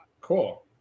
Cool